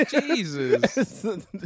Jesus